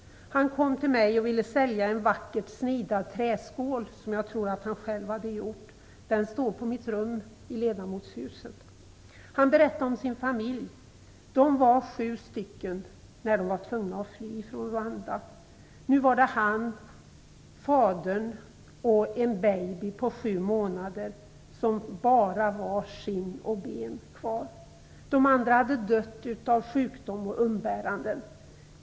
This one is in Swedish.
Han kom till mig och ville sälja en vackert snidad träskål som jag tror att han själv hade gjort. Den står på mitt rum i ledamotshuset. Han berättade om sin familj. De var sju stycken när de var tvungna att fly från Rwanda. Nu var det han, fadern och en baby på sju månader som bara var skinn och ben kvar. De andra hade dött av sjukdom och umbäranden.